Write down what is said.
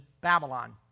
Babylon